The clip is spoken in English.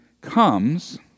comes